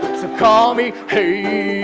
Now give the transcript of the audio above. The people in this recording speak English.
call me hey